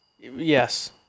Yes